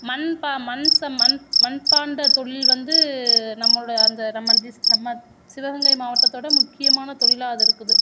மண் மண் மண் மண்பாண்டம் தொழில் வந்து நம்மளோட அந்த நம்ம சிவகங்கை மாவட்டத்தோட முக்கியமான தொழிலாக அது இருக்குது